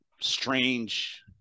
strange